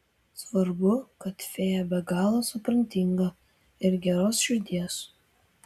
svarbu kad fėja be galo supratinga ir geros širdies